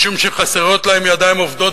משום שחסרות להם ידיים עובדות,